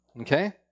Okay